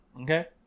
okay